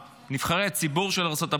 לנבחרי הציבור של ארצות הברית.